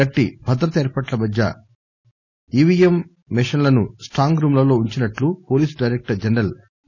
గట్టి భద్రతా ఏర్పాట్ల మధ్య ఈవీఎం మిషిన్లను స్లాంగ్ రూంలలో ఉంచినట్లు పోలీసు డైరెక్టర్ జనరల్ ఎం